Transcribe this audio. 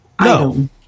No